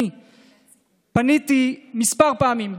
אני פניתי כמה פעמים,